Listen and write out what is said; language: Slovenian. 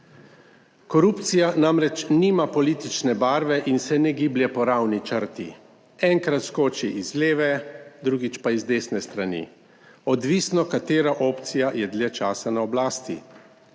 Korupcija namreč nima politične barve in se ne giblje po ravni črti, enkrat skoči iz leve, drugič pa iz desne strani, odvisno, katera opcija je dlje časa na oblasti.